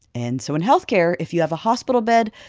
and so in health care, if you have a hospital bed,